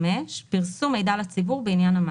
"(5)פרסום מידע לציבור בעניין המס,